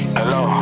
Hello